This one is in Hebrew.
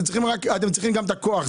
הם רוצים גם את הכוח.